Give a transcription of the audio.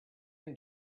and